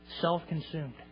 Self-consumed